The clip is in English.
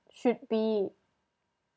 should be